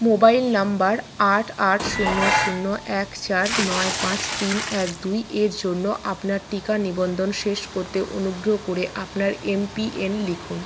mobile number আট আট শূন্য শূন্য এক চার নয় পাঁচ তিন এক দুই এর জন্য আপনার টিকা নিবন্ধন শেষ করতে অনুগ্রহ করে আপনার এমপিএন লিখুন